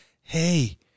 Hey